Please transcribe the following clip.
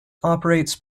operates